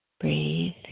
Breathe